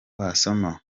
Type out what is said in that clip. wasoma